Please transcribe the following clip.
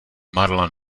marla